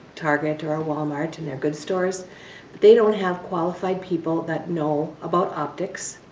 target or a walmart, and they're good stores, but they don't have qualified people that know about optics,